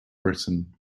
britain